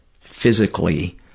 physically